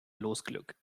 losglück